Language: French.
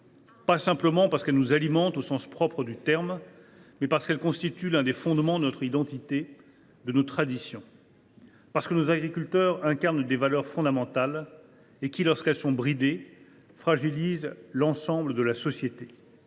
pas simplement parce qu’elle nous alimente au sens propre du terme, mais parce qu’elle constitue l’un des fondements de notre identité et de nos traditions. En effet, nos agriculteurs incarnent des valeurs fondamentales qui, lorsqu’elles sont bridées, fragilisent l’ensemble de la société